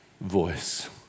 voice